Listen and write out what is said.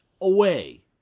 away